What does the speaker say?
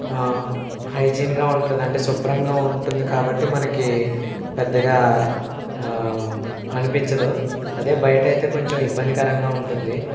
హైజీన్గా ఉంటుంది అంటే శుభ్రంగా ఉంటుంది కాబట్టి మనకి పెద్దగా అనిపించదు అదే బయట అయితే కొంచెం ఇబ్బందికరంగా ఉంటుంది